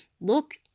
look